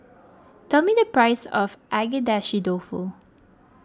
tell me the price of Agedashi Dofu